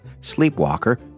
sleepwalker